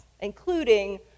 including